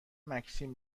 مکسیم